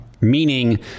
meaning